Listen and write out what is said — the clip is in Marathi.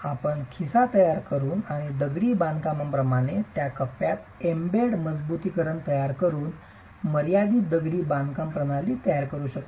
आपण खिसा तयार करुन आणि दगडी बांधकामामध्ये आणि या कप्प्यात एम्बेड मजबुतीकरण तयार करून मर्यादित दगडी बांधकाम प्रणाली तयार करू शकता